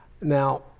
Now